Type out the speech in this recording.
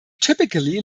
typically